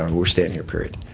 and we're staying here, period.